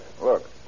Look